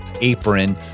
Apron